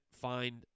find